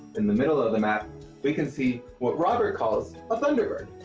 in the middle of the map, we can see what robert calls a thunderbird.